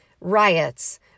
riots